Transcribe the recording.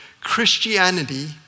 Christianity